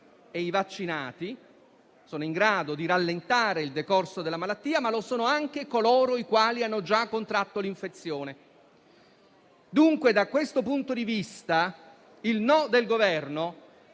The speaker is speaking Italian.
e i vaccinati sono in grado di rallentare il decorso della malattia, ma lo sono anche coloro i quali hanno già contratto l'infezione. Dunque, da questo punto di vista, il no del Governo